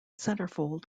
centerfold